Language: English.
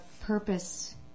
purpose